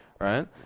Right